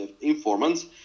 informants